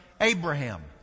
abraham